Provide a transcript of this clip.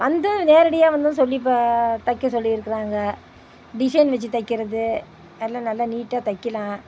வந்து நேரடியாக வந்தும் சொல்லி பே தைக்க சொல்லி இருக்கிறாங்க டிஷைன் வெச்சி தைக்கிறது அதலாம் நல்லா நீட்டாக தைக்கலாம்